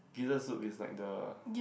gizzard soup is like the